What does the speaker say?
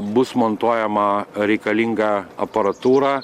bus montuojama reikalinga aparatūra